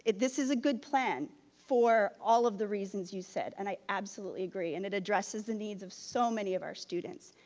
this is a good plan for all of the reasons you said, and i absolutely agree, and it addresses the needs of so many of our students,